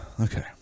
Okay